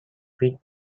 fit